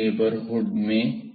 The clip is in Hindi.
नेबरहुड में हैं